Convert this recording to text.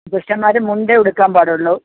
പുരുഷന്മാർ മുണ്ടെ ഉടുക്കാൻ പാടുള്ളൂ